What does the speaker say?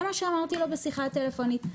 זה מה שאמרתי לו בשיחה טלפונית,